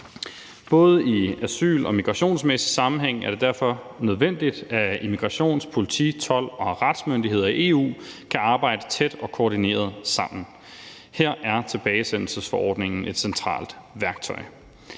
Både i asyl- og migrationsmæssig sammenhæng er det derfor nødvendigt, at immigrations-, politi-, told- og retsmyndigheder i EU kan arbejde tæt og koordineret sammen. Her er tilbagesendelsesforordningen et centralt værktøj.